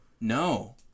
No